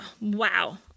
wow